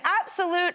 absolute